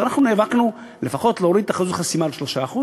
אנחנו נאבקנו לפחות להוריד את אחוז החסימה ל-3%.